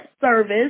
service